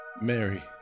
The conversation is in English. Mary